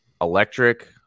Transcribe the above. electric